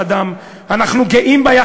אנחנו גאים בזכויות האדם,